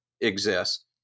exist